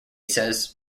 says